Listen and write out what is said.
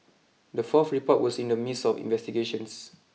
the fourth report was in the midst of investigations